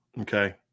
Okay